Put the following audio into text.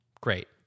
Great